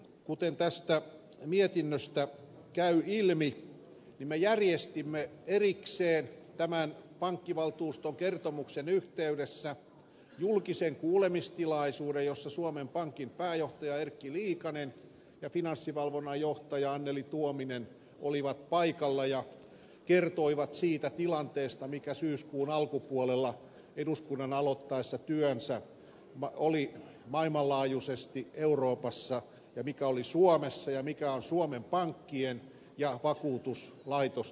kuten tästä mietinnöstä käy ilmi me järjestimme erikseen tämän pankkivaltuuston kertomuksen yhteydessä julkisen kuulemistilaisuuden jossa suomen pankin pääjohtaja erkki liikanen ja finanssivalvonnan johtaja anneli tuominen olivat paikalla ja kertoivat siitä tilanteesta mikä syyskuun alkupuolella eduskunnan aloittaessa työnsä oli maailmanlaajuisesti euroopassa ja mikä oli suomessa ja mikä on suomen pankkien ja vakuutuslaitosten tilanne